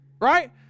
right